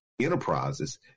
enterprises